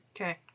Okay